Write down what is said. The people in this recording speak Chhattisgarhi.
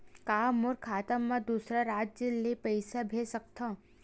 का मोर खाता म दूसरा राज्य ले पईसा भेज सकथव?